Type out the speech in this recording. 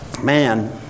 man